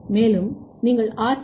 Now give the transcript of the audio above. மேலும் நீங்கள் RD B